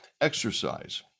Exercise